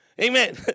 Amen